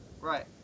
Right